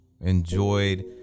enjoyed